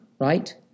right